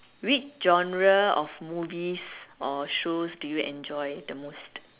which genre of movies or show do you enjoy the most